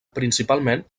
principalment